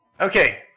Okay